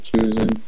choosing